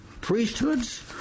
priesthoods